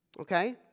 Okay